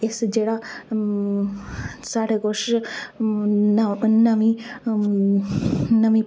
इस जेह्ड़ा साढ़े कश नमीं नमीं